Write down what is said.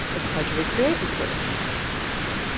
it's hard to recreate the sort of thing. i lost my cursor.